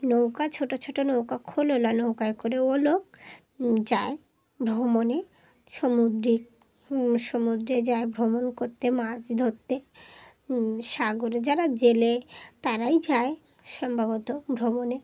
নৌকা ছোটো ছোটো নৌকা খোল ওয়ালা নৌকায় করে ও লোক যায় ভ্রমণে সামুদ্রিক সমুদ্রে যায় ভ্রমণ করতে মাছ ধরতে সাগরে যারা জেলে তারাই যায় সম্ভবত ভ্রমণে